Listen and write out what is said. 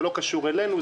זה לא קשור אלינו,